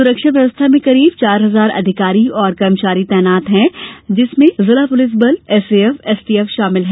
सुरक्षा व्यवस्था में करीब चार हजार अधिकारी और कर्मचारी तैनात हैं जिनमें जिला पुलिस बल एसएएफ एसटीएफ शामिल हैं